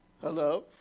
Hello